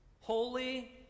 holy